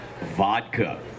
vodka